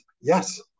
yes